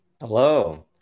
Hello